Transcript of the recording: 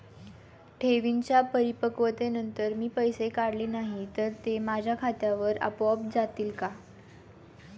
ठेवींच्या परिपक्वतेनंतर मी पैसे काढले नाही तर ते माझ्या खात्यावर आपोआप जातील का?